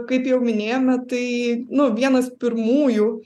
kaip jau minėjome tai nu vienas pirmųjų